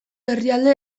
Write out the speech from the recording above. herrialde